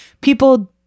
people